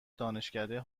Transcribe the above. دانشکده